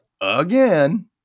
again